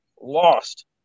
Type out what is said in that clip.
lost